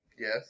Yes